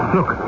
Look